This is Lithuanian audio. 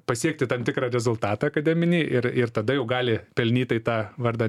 pasiekti tam tikrą rezultatą akademinį ir ir tada jau gali pelnytai tą vardą